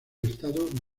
estado